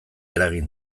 eragin